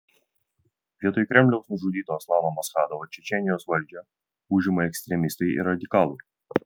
vietoje kremliaus nužudyto aslano maschadovo čečėnijos valdžią užima ekstremistai ir radikalai